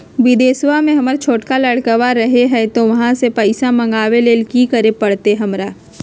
बिदेशवा में हमर छोटका लडकवा रहे हय तो वहाँ से पैसा मगाबे ले कि करे परते हमरा?